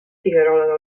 figuerola